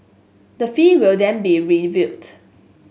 the fee will then be reviewed